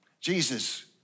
Jesus